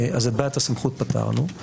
את בעיית הסמכות פתרנו.